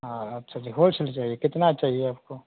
हाँ अच्छा अच्छा होलसेल चाहिए कितना चाहिए आपको